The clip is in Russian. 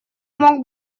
мог